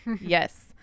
Yes